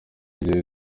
ari